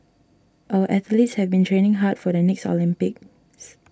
our athletes have been training hard for the next Olympics